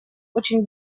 очень